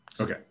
Okay